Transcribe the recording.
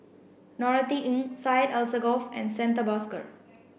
Norothy Ng Syed Alsagoff and Santha Bhaskar